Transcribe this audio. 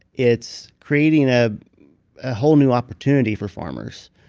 it's creating a whole new opportunity for farmers,